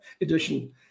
edition